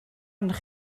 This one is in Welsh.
arnoch